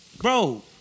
bro